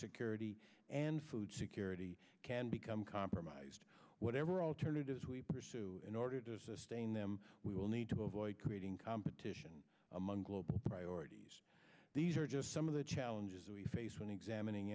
security and food security can become compromised whatever alternatives we pursue in order to sustain them we will need to avoid creating competition among global priorities these are just some of the challenges we face when examining